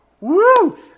Woo